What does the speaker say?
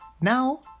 now